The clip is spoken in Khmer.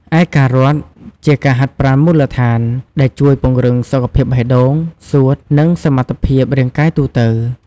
ឯ ការរត់ ជាការហាត់ប្រាណមូលដ្ឋាន ដែលជួយពង្រឹងសុខភាពបេះដូង សួត និងសមត្ថភាពរាងកាយទូទៅ។